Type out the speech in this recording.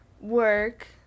work